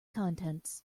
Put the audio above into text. contents